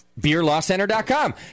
BeerLawCenter.com